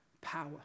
power